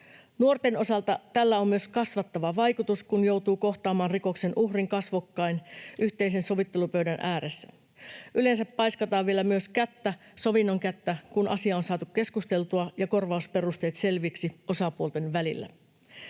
Nuorten osalta tällä on myös kasvattava vaikutus, kun joutuu kohtaamaan rikoksen uhrin kasvokkain yhteisen sovittelupöydän ääressä. Yleensä paiskataan vielä myös kättä, sovinnon kättä, kun asia on saatu keskusteltua ja korvausperusteet selviksi osapuolten välillä.